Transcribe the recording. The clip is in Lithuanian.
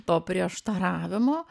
to prieštaravimo